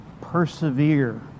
persevere